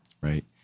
right